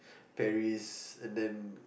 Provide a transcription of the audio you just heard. Paris and then